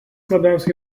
labiausiai